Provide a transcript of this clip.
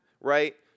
right